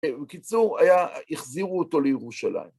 בקיצור, היה, החזירו אותו לירושלים.